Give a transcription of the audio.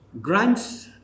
grants